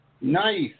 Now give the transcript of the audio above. Nice